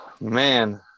man